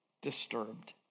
disturbed